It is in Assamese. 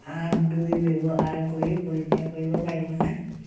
আঠ দুই ব্যৱহাৰ কৰি পৰীক্ষা কৰিব পাৰিবনে